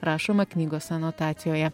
rašoma knygos anotacijoje